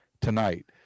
tonight